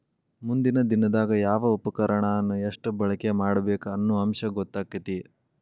ಮುಂದಿನ ದಿನದಾಗ ಯಾವ ಉಪಕರಣಾನ ಎಷ್ಟ ಬಳಕೆ ಮಾಡಬೇಕ ಅನ್ನು ಅಂಶ ಗೊತ್ತಕ್ಕತಿ